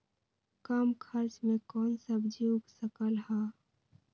कम खर्च मे कौन सब्जी उग सकल ह?